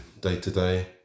day-to-day